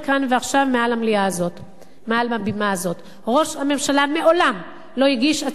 ועכשיו מעל הבימה הזאת: ראש הממשלה מעולם לא הגיש הצעה